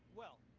well,